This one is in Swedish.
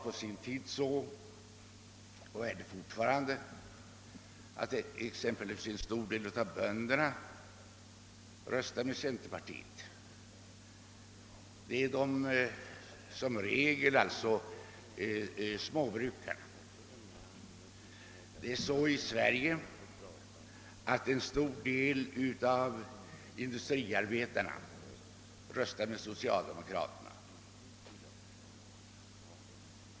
Det har varit så och är så fortfarande, att exempelvis en stor del av bönderna, i regel småbrukarna, röstar med centerpartiet, medan en mycket stor del av industriarbetarna röstar med socialdemokraterna; att låglönegrupperna röstar med centern och höglönegrupperna med högern etc.